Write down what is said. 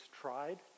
tried